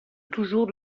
toujours